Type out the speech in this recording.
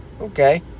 okay